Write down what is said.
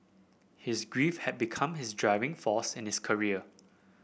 his grief had become his driving force in his career